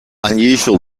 unusual